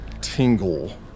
tingle